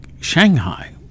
Shanghai